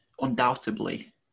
undoubtedly